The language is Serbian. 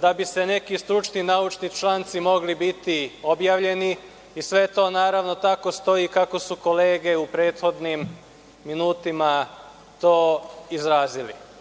da bi se neki stručni, naučni članci mogli biti objavljeni, i sve to naravno tako stoji, kako su kolege u prethodnim minutima to izrazili. Praksa